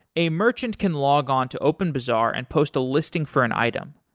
a merchant can log on to openbazaar and post a listing for an item.